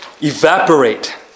evaporate